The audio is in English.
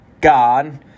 God